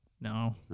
No